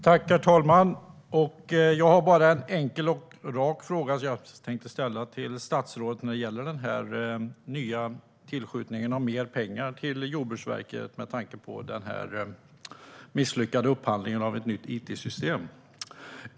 Herr talman! Jag vill ställa en enkel och rak fråga till statsrådet. Den gäller det nya tillskottet av pengar till Jordbruksverket som ges efter den misslyckade upphandlingen av ett nytt it-system.